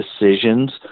decisions